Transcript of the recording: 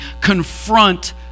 confront